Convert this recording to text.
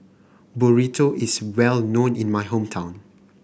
burrito is well known in my hometown